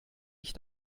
ich